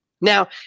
Now